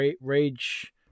Rage